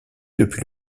depuis